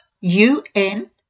UN